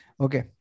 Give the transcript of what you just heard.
Okay